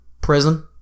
Prison